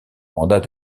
mandat